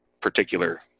particular